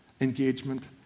engagement